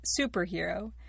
superhero